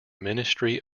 ministry